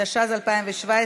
התשע"ז 2017,